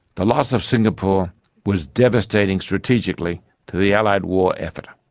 the loss of singapore was devastating strategically to the allied war effort.